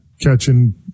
catching